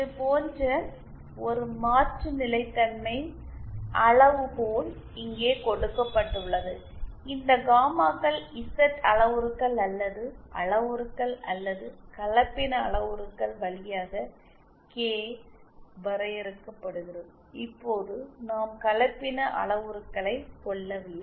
இது போன்ற ஒரு மாற்று நிலைத்தன்மை அளவுகோல் இங்கே கொடுக்கப்பட்டுள்ளது இந்த காமாக்கள் இசட் அளவுருக்கள் அல்லது 3327 அளவுருக்கள் அல்லது கலப்பின அளவுருக்கள் வழியாக கே வரையறுக்கப்படுகிறது இப்போது நாம் கலப்பின அளவுருக்களை கொள்ளவில்லை